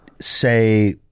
say